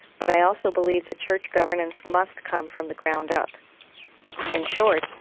but i also believe that church governance must come from the ground up in short,